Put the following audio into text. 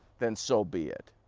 then so be it.